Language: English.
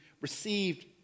received